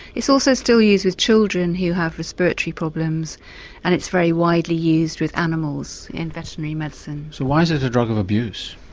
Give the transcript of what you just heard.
it's also still used with children who have respiratory problems and it's very widely used with animals in veterinary medicine. so why is it a drug of abuse?